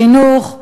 חינוך,